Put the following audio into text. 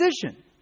decision